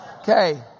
Okay